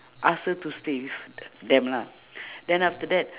ask her to stay with them lah then after that